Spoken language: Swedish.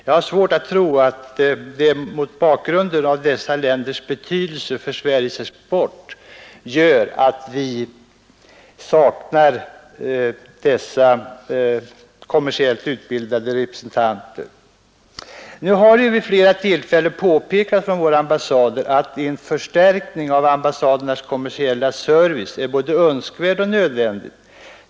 Jag har svårt att tro att det är mot bakgrunden av dessa länders betydelse för Sveriges export som vi saknar kommersiellt utbildade representanter. Nu har vid flera tillfällen våra ambassader påpekat att en förstärkning av ambassadernas kommersiella service är både önskvärd och nödvändig.